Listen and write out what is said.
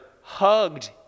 hugged